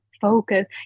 focus